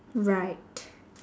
right